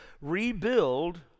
rebuild